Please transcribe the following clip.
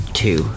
two